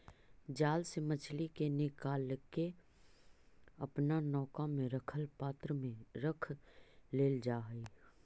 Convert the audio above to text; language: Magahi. जाल से मछली के निकालके अपना नौका में रखल पात्र में रख लेल जा हई